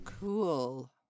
Cool